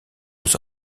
aux